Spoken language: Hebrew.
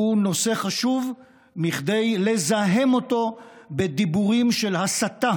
נושא חשוב מכדי לזהם אותו בדיבורים של הסתה